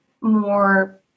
more